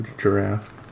giraffe